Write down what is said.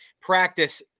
practice